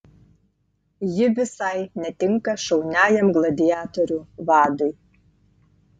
ji visai netinka šauniajam gladiatorių vadui